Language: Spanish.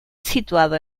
situado